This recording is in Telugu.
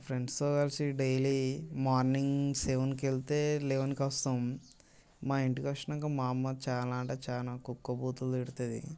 ఫ్రెండ్స్తో కలిసి డైలీ మార్నింగ్ సెవెన్కి వెళ్తే లెవెన్కి వస్తాం మా ఇంటికి వచ్చినాకా మా అమ్మ చాలా అంటే చాలా కుక్క బూతులు తిడుతుంది